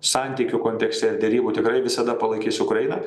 santykių kontekste derybų tikrai visada palaikys ukrainą